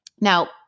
Now